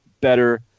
better